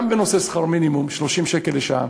גם בנושא שכר מינימום, 30 שקל לשעה,